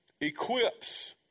equips